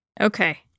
okay